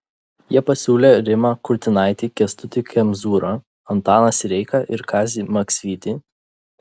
jie pasiūlė rimą kurtinaitį kęstutį kemzūrą antaną sireiką ir kazį maksvytį